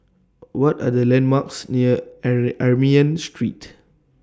What Are The landmarks near Armenian Street